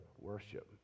worship